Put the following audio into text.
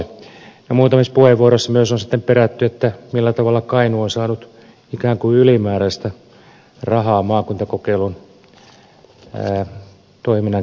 muutamissa puheenvuoroissa myös on sitten perätty sitä millä tavalla kainuu on saanut ikään kuin ylimääräistä rahaa maakuntakokeilun toiminnan käynnistämiseen